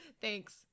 Thanks